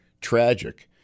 tragic